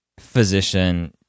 physician